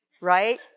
right